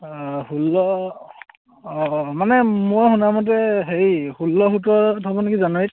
অঁ ষোল্ল অঁ মানে মই শুনামতে হেৰি ষোল্ল সোতৰত হ'ব নেকি জানুৱাৰীত